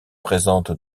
présentes